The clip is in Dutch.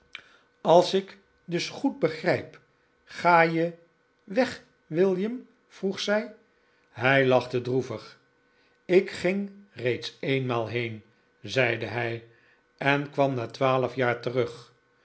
als ik dus goed begrijp ga je weg william vroeg zij hij lachte droevig ik ging reeds eenmaal heen zeide hij en kwam na twaaif jaar terug